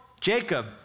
Jacob